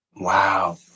Wow